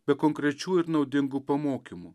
be konkrečių ir naudingų pamokymų